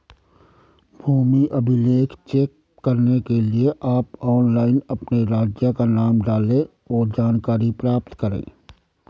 भूमि अभिलेख चेक करने के लिए आप ऑनलाइन अपने राज्य का नाम डालें, और जानकारी प्राप्त करे